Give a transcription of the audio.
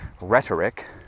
rhetoric